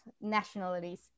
nationalities